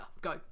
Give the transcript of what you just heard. go